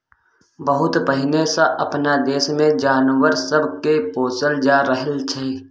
बहुत पहिने सँ अपना देश मे जानवर सब के पोसल जा रहल छै